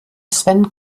sven